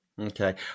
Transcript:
Okay